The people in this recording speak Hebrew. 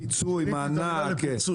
פיצוי, מענק.